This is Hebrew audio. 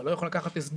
אתה לא יכול לקחת הסדרים